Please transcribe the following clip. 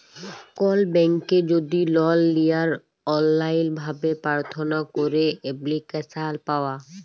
call ব্যাংকে যদি লল লিয়ার অললাইল ভাবে পার্থনা ক্যইরে এপ্লিক্যাসল পাউয়া